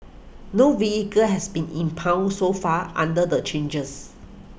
no vehicle has been impounded so far under the changes